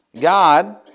God